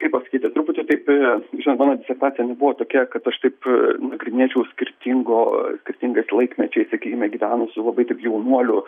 kaip pasakyti truputį taip i žinot mano disertacija nebuvo tokia kad aš taip nagrinėčiau skirtingo skirtingais laikmečiais sakykime gyvenusių labai taip jaunuolių